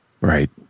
Right